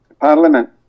Parliament